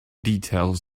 details